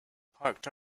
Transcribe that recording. parked